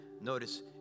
Notice